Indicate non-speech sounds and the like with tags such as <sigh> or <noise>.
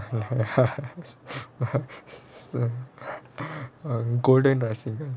ya <laughs> so <laughs> golden rushing gun